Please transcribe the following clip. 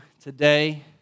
today